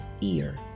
ear